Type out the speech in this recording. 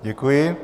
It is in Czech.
Děkuji.